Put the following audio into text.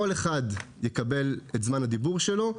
כל אחד יקבל את זמן הדיבור שלו,